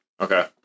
okay